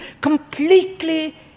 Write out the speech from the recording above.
completely